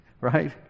Right